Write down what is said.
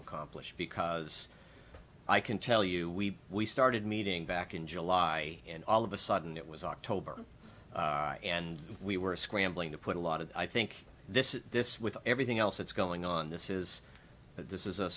accomplish because i can tell you we we started meeting back in july and all of a sudden it was october and we were scrambling to put a lot of i think this is this with everything else that's going on this is this is a